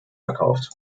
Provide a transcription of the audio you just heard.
verkauft